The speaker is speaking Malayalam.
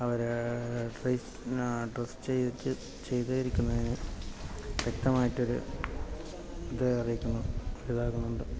അവർ ഡ്രസ് ചെയ്ഞ്ച് ചെയ്തിരിക്കുന്നു വ്യക്തമായിട്ട് ഒരു ഇത് അറിയിക്കുന്നു